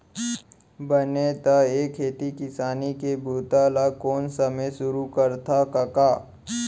बने त ए खेती किसानी के बूता ल कोन समे सुरू करथा कका?